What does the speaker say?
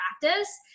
practice